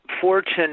fortune